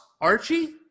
archie